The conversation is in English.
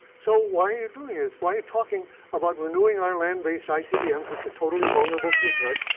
so why are you doing this? why are you talking about renewing our land-based icbms, which are totally vulnerable to attack,